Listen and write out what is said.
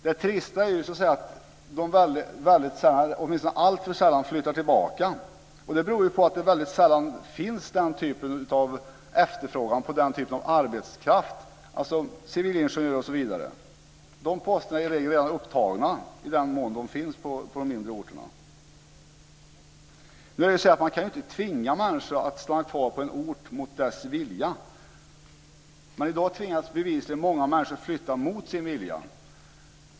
Det trista är ju att de alltför sällan flyttar tillbaka. Och det beror ju på att det väldigt sällan finns den typen av efterfrågan på den typen av arbetskraft, civilingenjörer osv. Dessa poster är i regel redan upptagna i den mån de finns på de mindre orterna. Man kan ju inte tvinga människor att stanna kvar på en ort mot deras vilja. Men i dag tvingas bevisligen många människor flytta mot sin vilja.